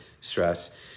stress